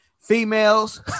Females